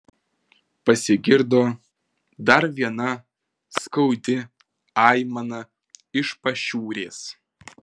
pasigirdo dar viena skaudi aimana iš pašiūrės